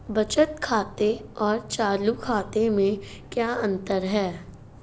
बचत खाते और चालू खाते में क्या अंतर है?